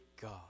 God